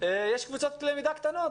יש קבוצות למידה קטנות,